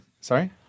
sorry